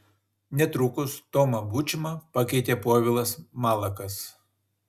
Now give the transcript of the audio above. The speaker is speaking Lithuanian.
netrukus tomą bučmą pakeitė povilas malakas